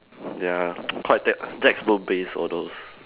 ya quite text textbook based all those